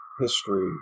history